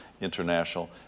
international